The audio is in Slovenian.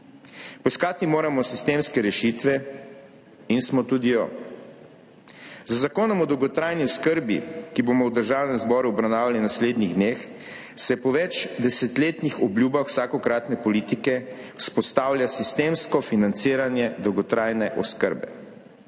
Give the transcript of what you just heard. Poiskati moramo sistemsko rešitev in smo tudi jo. Z Zakonom o dolgotrajni oskrbi, ki ga bomo v Državnem zboru obravnavali v naslednjih dneh, se po več desetletnih obljubah vsakokratne politike vzpostavlja sistemsko financiranje dolgotrajne oskrbe.